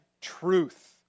truth